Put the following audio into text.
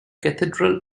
cathedral